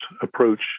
approach